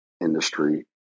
industry